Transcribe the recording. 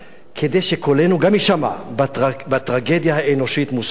כדי שקולנו גם יישמע בטרגדיה האנושית-מוסרית הזאת.